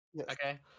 Okay